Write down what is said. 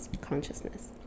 consciousness